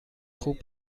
خوب